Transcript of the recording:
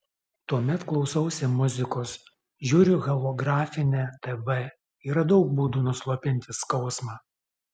tuomet klausausi muzikos žiūriu holografinę tv yra daug būdų nuslopinti skausmą